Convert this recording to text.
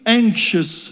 anxious